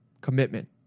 Commitment